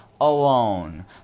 alone